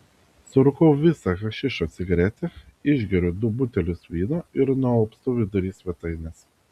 surūkau visą hašišo cigaretę išgeriu du butelius vyno ir nualpstu vidury svetainės